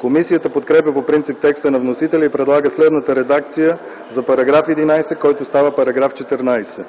Комисията подкрепя по принцип текста на вносителя и предлага следната редакция за § 11, който става § 14: „§ 14.